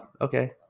Okay